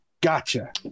Gotcha